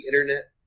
internet